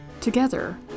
Together